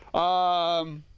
um,